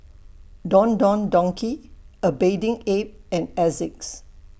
Don Don Donki A Bathing Ape and Asics